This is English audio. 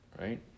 right